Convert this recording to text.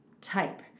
type